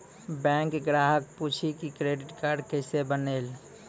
Bank ग्राहक पुछी की क्रेडिट कार्ड केसे बनेल?